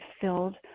filled